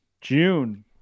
June